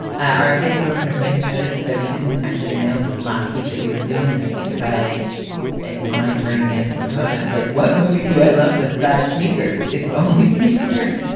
our faithful listeners may have noted that we didn't actually announced last week that we were doing this because i thought it was my turn again to promote. and i was like, what movie do i love besides sneakers? it's only sneakers.